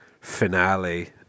finale